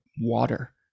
water